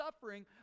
suffering